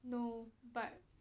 no but